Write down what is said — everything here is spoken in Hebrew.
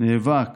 נאבק